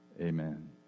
Amen